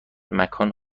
مکان